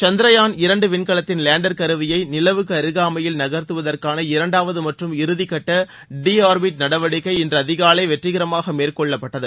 சந்திரயான் இரண்டு விண்கலத்தின் வேண்டர் கருவியை நிலவுக்கு அருகாமையில் நகர்த்துவற்கான இரண்டாவது மற்றும் இறுதி கட்ட டி ஆர்பிட் நடவடிக்கை இன்று அதிகாலை வெற்றிகரமாக மேற்கொள்ளப்பட்டது